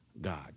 God